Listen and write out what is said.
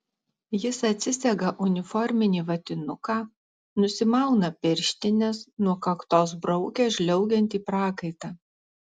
jis atsisega uniforminį vatinuką nusimauna pirštines nuo kaktos braukia žliaugiantį prakaitą